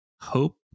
hope